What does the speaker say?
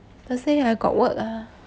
thursday I got work ah